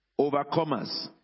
overcomers